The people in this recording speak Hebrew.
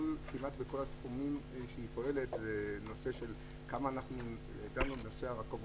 כמעט בכל התחומים שהיא פועלת כמה דנו בנושא הרכבות,